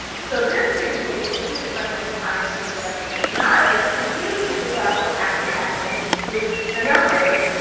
so this presentation is used by many climate change skeptics and deniers to confuse people about what's actually happening with the numbers,